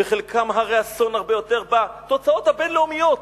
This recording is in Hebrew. וחלקם הרי-אסון הרבה יותר בתוצאות הבין-לאומיות,